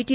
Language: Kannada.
ಟಿ